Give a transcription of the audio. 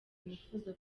nifuza